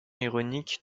ironique